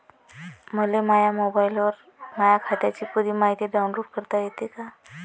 मले माह्या मोबाईलवर माह्या खात्याची पुरी मायती डाऊनलोड करता येते का?